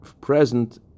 present